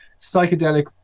psychedelic